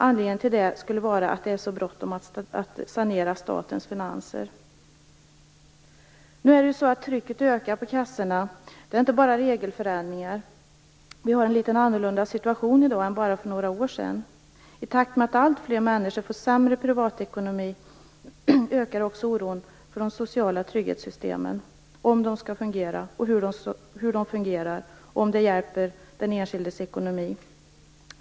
Anledningen till det skulle vara att det är så bråttom att sanera statens finanser. Nu ökar trycket på kassorna. Det handlar inte bara om regelförändringar. Vi har en annorlunda situation i dag än för bara några år sedan. I takt med att alltfler människor får sämre privatekonomi ökar också oron för de sociala trygghetssystemen. Skall de fungera, hur fungerar de och hjälper de den enskildes ekonomi?